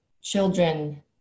children